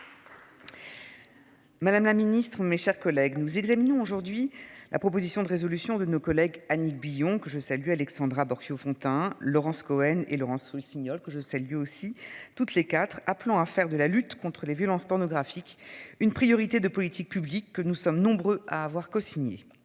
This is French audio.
Madame la Ministre, mes chers collègues, nous examinons aujourd'hui la proposition de résolution de nos collègues Annick Billon, que je salue, Alexandra Borchio-Fontimp, Laurence Cohen et Laurence le signale que je sais lui aussi toutes les quatre, appelant à faire de la lutte contre les violences pornographique une priorité de politique publique que nous sommes nombreux à avoir cosigné.